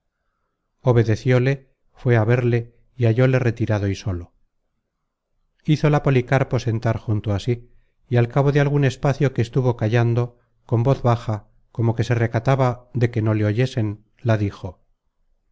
obedecióle fué á verle y hallóle retirado y solo hízola policarpo sentar junto á sí y al cabo de algun espacio que estuvo callando con voz baja como que se recataba de que no le oyesen la dijo